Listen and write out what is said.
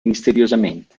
misteriosamente